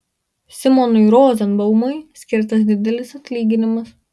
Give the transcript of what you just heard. simonui rozenbaumui skirtas didelis atlyginimas